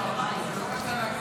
החוק.